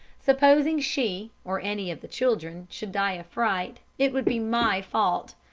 supposing she, or any of the children, should die of fright, it would be my fault.